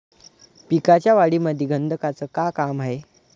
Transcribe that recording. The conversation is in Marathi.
पिकाच्या वाढीमंदी गंधकाचं का काम हाये?